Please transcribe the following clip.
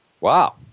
Wow